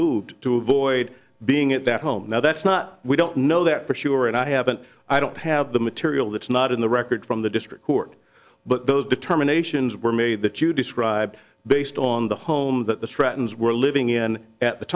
moved to avoid being at that home now that's not we don't know that for sure and i haven't i don't have the material that's not in the record from the district court but those determinations were made that you describe based on the home that the stratton's were living in at the